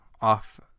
off